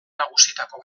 nagusietako